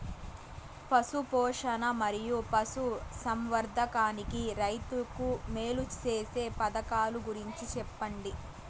పశు పోషణ మరియు పశు సంవర్థకానికి రైతుకు మేలు సేసే పథకాలు గురించి చెప్పండి?